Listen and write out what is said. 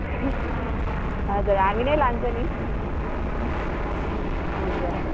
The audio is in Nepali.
हजुर हामी नै लान्छु नि हजुर